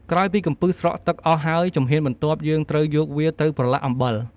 ក្រោយពីកំពឹសស្រក់ទឹកអស់ហើយ ជំហានបន្ទាប់ យើងត្រូវយកវាទៅប្រឡាក់អំបិល។